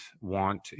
want